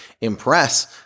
impress